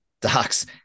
Docs